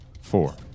four